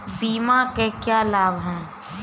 बीमा के क्या लाभ हैं?